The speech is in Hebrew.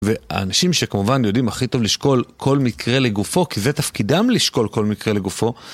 ואנשים שכמובן יודעים הכי טוב לשקול כל מקרה לגופו, כי זה תפקידם לשקול כל מקרה לגופו...